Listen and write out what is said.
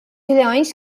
leões